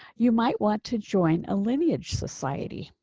you might want to join a lineage society.